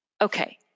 Okay